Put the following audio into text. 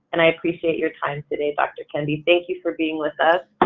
and i appreciate your time today, dr. kendi, thank you for being with us.